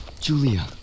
Julia